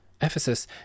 Ephesus